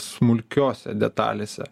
smulkiose detalėse